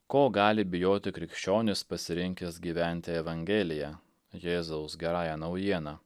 ko gali bijoti krikščionis pasirinkęs gyventi evangelija jėzaus gerąja naujiena